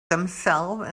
themselves